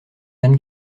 anne